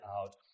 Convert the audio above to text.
out